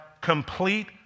complete